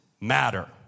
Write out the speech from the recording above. matter